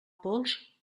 pols